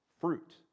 fruit